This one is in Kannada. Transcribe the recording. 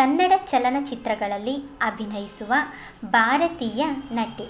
ಕನ್ನಡ ಚಲನಚಿತ್ರಗಳಲ್ಲಿ ಅಭಿನಯಿಸುವ ಭಾರತೀಯ ನಟಿ